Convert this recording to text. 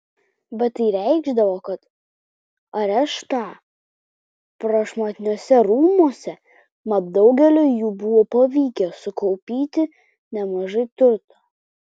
bet tai reikšdavo areštą prašmatniuose rūmuose mat daugeliui jų buvo pavykę sukaupti nemažai turto